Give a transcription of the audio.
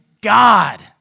God